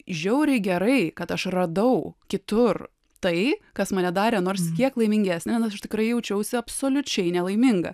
žiauriai gerai kad aš radau kitur tai kas mane darė nors kiek laimingesnę nors aš tikrai jaučiausi absoliučiai nelaiminga